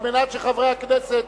כדי שחברי הכנסת,